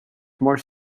more